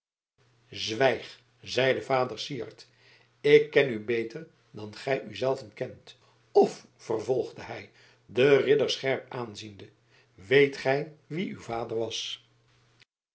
zwijg zeide vader syard ik ken u beter dan gij u zelven kent of vervolgde hij den ridder scherp aanziende weet gij wie uw vader was